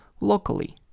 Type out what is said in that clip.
locally